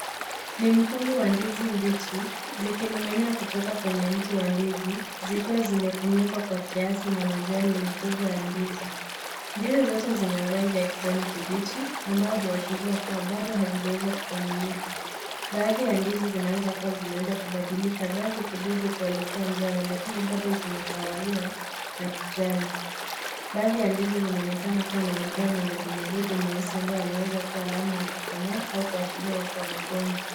Ni mkungu wa ndizi mbichi, zikininginia kutoka kwenye mti wa ndizi, zikiwa zimefunikwa kwa kiasi na majani makubwa ya ndizi. Ndizi zote zina rangi ya kijani kibichi ambayo huashiria kuwa bado hazijeiva kikamilifu. Baadhi ya ndizi zinaweza kuwa zimeanza kubadilika rangi kidogo kuelekea njano lakini bado zimetawaliwa na kijani. Baadhi ya ndizi zinaonekana kuwa na madoa madogo madogo meusi ambayo yanaweza kuwa alama ya kukomaa au kuashiria uwepo wa magonjwa.